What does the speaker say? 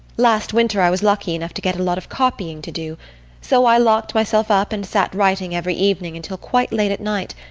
last winter i was lucky enough to get a lot of copying to do so i locked myself up and sat writing every evening until quite late at night.